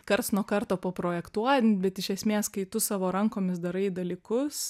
karts nuo karto paprojektuojan bet iš esmės kai tu savo rankomis darai dalykus